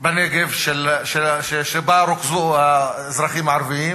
בנגב שבהם רוכזו האזרחים הערבים,